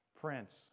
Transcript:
prince